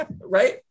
Right